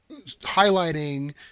highlighting